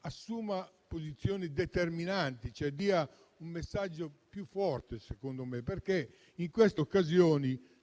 assuma posizioni determinanti e dia un messaggio più forte. In queste occasioni